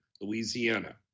Louisiana